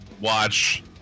watch